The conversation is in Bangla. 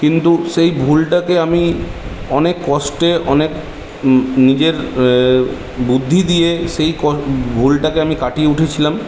কিন্তু সেই ভুলটাকে আমি অনেক কষ্টে অনেক নিজের বুদ্ধি দিয়ে সেই ভুলটাকে আমি কাটিয়ে উঠেছিলাম